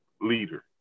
leader